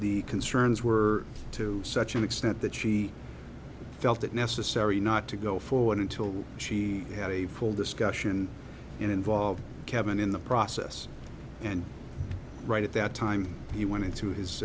the concerns were to such an extent that she felt it necessary not to go forward until she had a full discussion and involve kevin in the process and right at that time he went into his